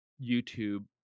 YouTube